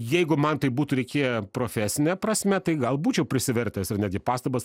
jeigu man tai būtų reikėję profesine prasme tai gal būčiau prisivertęs ir netgi pastabas